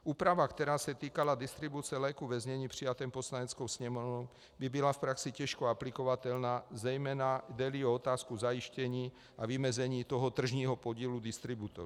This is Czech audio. Úprava, která se týkala distribuce léků ve znění přijatém Poslaneckou sněmovnou, by byla v praxi těžko aplikovatelná, zejména jdeli o otázku zajištění a vymezení toho tržního podílu distributorů.